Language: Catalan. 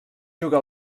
juga